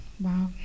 Wow